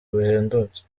buhendutse